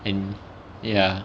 and ya